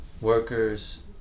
workers